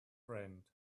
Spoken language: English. friend